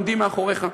עומד מאחוריך.